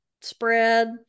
spread